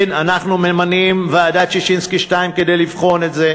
כן, אנחנו ממנים ועדת ששינסקי 2 כדי לבחון את זה,